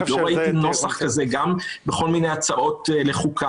לא ראיתי נוסח כזה גם בכל מיני הצעות לחוקה,